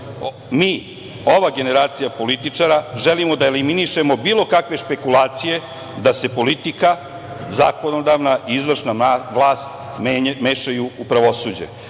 mi, ova generacija političara, želimo da eliminišemo bilo kakve špekulacije da se politika, zakonodavna i izvršna vlast mešaju u pravosuđe.